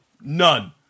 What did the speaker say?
None